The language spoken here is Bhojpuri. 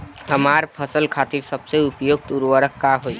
हमार फसल खातिर सबसे उपयुक्त उर्वरक का होई?